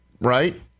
right